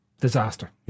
disaster